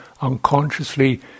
unconsciously